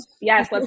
Yes